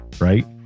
right